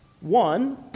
one